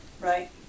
Right